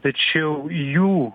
tačiau jų